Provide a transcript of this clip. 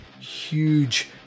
huge